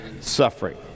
suffering